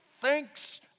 thinks